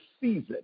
season